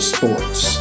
Sports